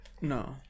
No